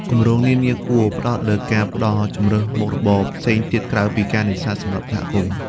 គម្រោងនានាគួរផ្តោតលើការផ្តល់ ជម្រើសមុខរបរ ផ្សេងទៀតក្រៅពីការនេសាទសម្រាប់សហគមន៍។